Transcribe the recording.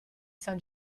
san